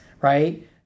right